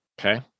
Okay